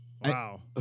Wow